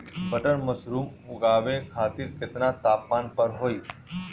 Button mushroom उगावे खातिर केतना तापमान पर होई?